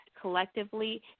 collectively